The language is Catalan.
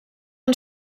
han